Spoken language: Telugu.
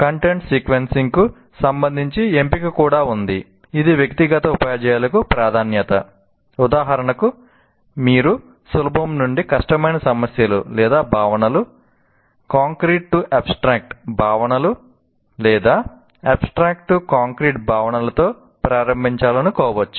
కంటెంట్ సీక్వెన్సింగ్ భావనలతో ప్రారంభించాలనుకోవచ్చు